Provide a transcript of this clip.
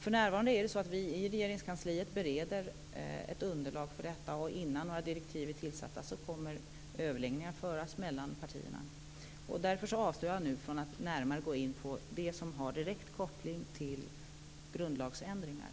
För närvarande bereder vi i Regeringskansliet ett underlag för detta. Innan några direktiv har fastställts kommer överläggningar att föras mellan partierna. Därför avstår jag nu från att närmare gå in på det som har direkt koppling till grundlagsändringar.